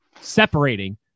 separating